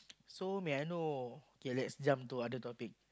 so may I know okay let's jump to other topic